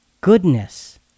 goodness